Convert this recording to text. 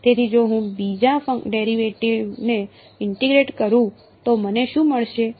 તેથી જો હું બીજા ડેરિવેટિવને ઇન્ટીગ્રેટ કરું તો મને શું મળશે